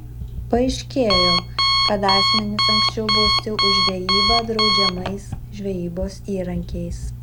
paaiškėjo kad asmenys anksčiau bausti už žvejybą draudžiamais žvejybos įrankiais